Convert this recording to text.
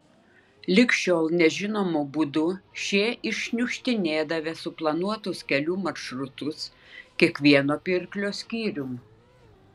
lig šiol nežinomu būdu šie iššniukštinėdavę suplanuotus kelių maršrutus kiekvieno pirklio skyrium